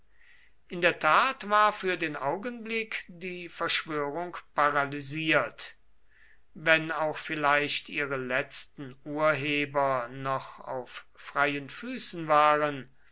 in der tat war für den augenblick die verschwörung paralysiert wenn auch vielleicht ihre letzten urheber noch auf freien füßen waren